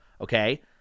Okay